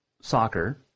soccer